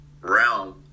realm